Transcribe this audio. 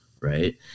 right